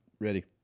Ready